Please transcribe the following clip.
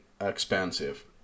expensive